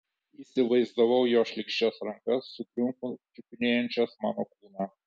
įsivaizdavau jo šlykščias rankas su triumfu čiupinėjančias mano kūną